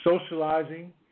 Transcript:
socializing